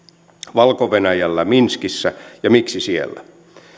valko venäjällä minskissä ja miksi siellä